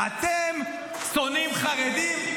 אתם שונאים חרדים.